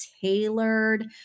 tailored